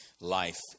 Life